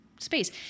space